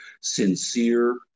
sincere